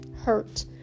hurt